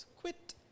Quit